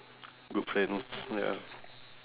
good friends ya